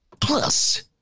plus